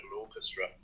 Orchestra